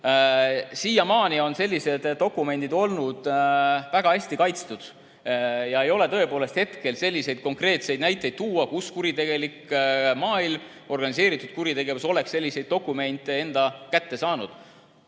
Siiamaani on sellised dokumendid olnud väga hästi kaitstud ja ei ole tõepoolest hetkel konkreetseid näiteid tuua, kus kuritegelik maailm oleks selliseid dokumente enda kätte saanud.